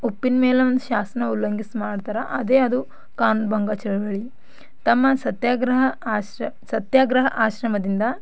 ಉಪ್ಪಿನ ಮೇಲೆ ಒಂದು ಶಾಸನ ಉಲ್ಲಂಘಿಸಿ ಮಾಡ್ತಾರೆ ಅದೇ ಅದು ಕಾನೂನು ಭಂಗ ಚಳುವಳಿ ತಮ್ಮ ಸತ್ಯಾಗ್ರಹ ಆಶ್ರ ಸತ್ಯಾಗ್ರಹ ಆಶ್ರಮದಿಂದ